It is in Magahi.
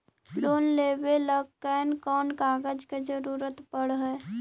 लोन लेबे ल कैन कौन कागज के जरुरत पड़ है?